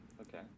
okay